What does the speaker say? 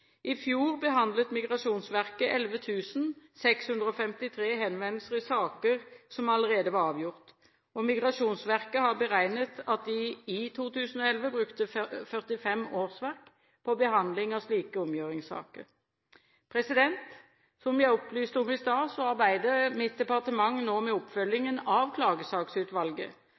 I fjor behandlet Migrationsverket 11 653 henvendelser i saker som allerede var avgjort. Migrationsverket har beregnet at de i 2011 brukte 45 årsverk på behandling av slike omgjøringssaker. Som jeg opplyste om i stad, arbeider mitt departement nå med oppfølgingen av